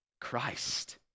Christ